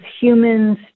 humans